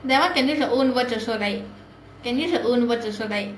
that [one] can use your own words also like can use your own words also like